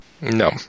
No